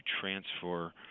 transfer